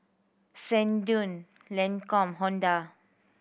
Sensodyne Lancome Honda